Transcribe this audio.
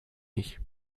ich